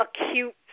acute